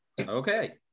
okay